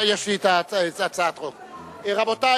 רבותי,